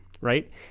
right